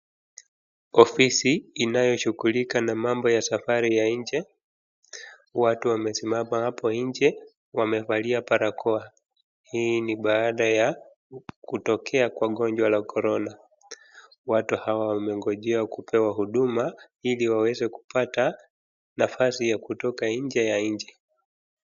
Ofisi inayoshughulika na mambo ya safari ya nje. Watu wamesimama hapo nje wamevalia barakoa hii ni baada ya kutokea kwa gonjwa la Korona. watu hawa wamengojea kupewa huduma ili waweze kupata nafasi ya kutoka nje ya nchi.